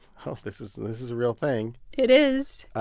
oh, this is and this is a real thing it is